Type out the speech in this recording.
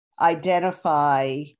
identify